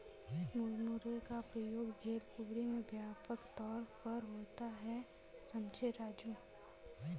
मुरमुरे का प्रयोग भेलपुरी में व्यापक तौर पर होता है समझे राजू